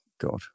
God